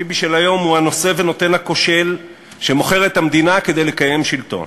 ביבי של היום הוא הנושא והנותן הכושל שמוכר את המדינה כדי לקיים שלטון.